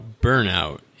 burnout